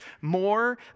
more